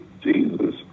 Jesus